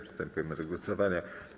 Przystępujemy do głosowania.